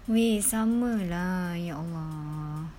wei sama lah ya allah